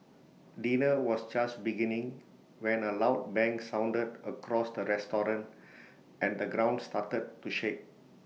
dinner was just beginning when A loud bang sounded across the restaurant and the ground started to shake